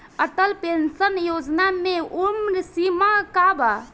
Atal pension योजना मे उम्र सीमा का बा?